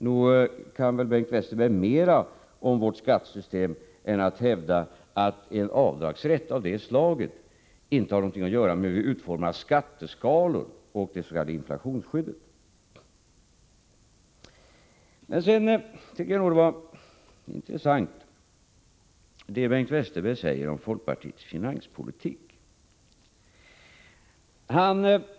Nog kan väl Bengt Westerberg mer om vårt skattesystem än vad han visar genom att hävda att en avdragsrätt av det slaget inte har något att göra med hur vi utformar skatteskalor och det s.k. inflationsskyddet. Men jag tycker att det Bengt Westerberg säger om folkpartiets finanspolitik är intressant.